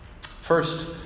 First